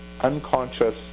unconscious